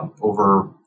over